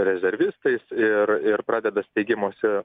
rezervistais ir ir pradeda steigimosi